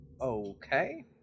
Okay